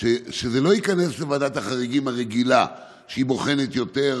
שזה לא ייכנס לוועדת החריגים הרגילה, שבוחנת יותר,